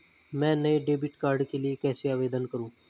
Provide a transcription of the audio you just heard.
मैं नए debit card के लिए कैसे आवेदन करूं?